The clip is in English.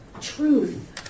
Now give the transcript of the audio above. truth